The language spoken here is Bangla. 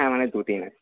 হ্যাঁ দুদিনের